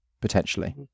potentially